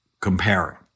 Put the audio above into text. comparing